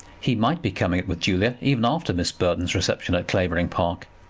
he might be coming it with julia, even after miss burton's reception at clavering park.